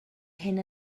hyn